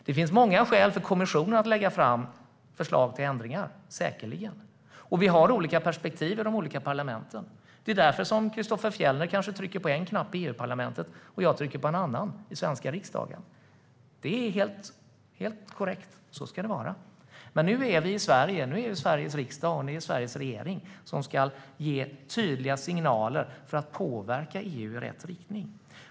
Det finns säkerligen många skäl för kommissionen att lägga fram förslag till ändringar. Vi har olika perspektiv i de olika parlamenten. Det är därför Christofer Fjellner kanske trycker på en knapp i Europaparlamentet medan jag trycker på en annan i den svenska riksdagen. Det är helt korrekt; så ska det vara. Men nu är vi i Sveriges riksdag, och det är Sveriges regering som ska ge tydliga signaler för att påverka EU i rätt riktning.